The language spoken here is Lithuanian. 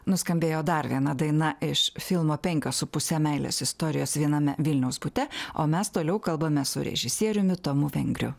nuskambėjo dar viena daina iš filmo penkios su puse meilės istorijos viename vilniaus bute o mes toliau kalbame su režisieriumi tomu vengriu